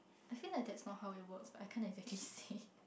I feel like that's not how it works but I can't exactly say